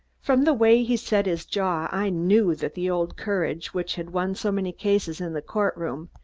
from the way he set his jaw, i knew that the old courage, which had won so many cases in the court-room,